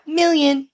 million